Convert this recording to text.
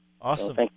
Awesome